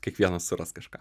kiekvienas suras kažką